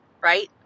right